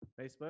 Facebook